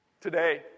today